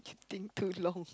think too long